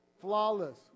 flawless